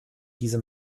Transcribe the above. diese